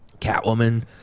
Catwoman